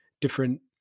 different